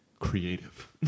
creative